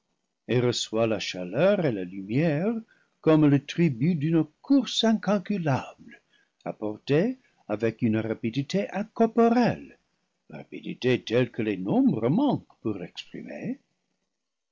et reçoit la cha leur et la lumière comme le tribut d'une course incalculable apporté avec une rapidité incorporelle rapidité telle que les nombres manquent pour l'exprimer